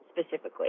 specifically